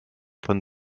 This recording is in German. von